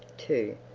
too.